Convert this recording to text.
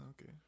okay